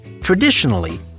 Traditionally